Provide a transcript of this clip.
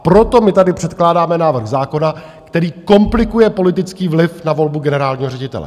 Proto my tady předkládáme návrh zákona, který komplikuje politický vliv na volbu generálního ředitele.